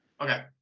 Okay